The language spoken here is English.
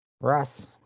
Russ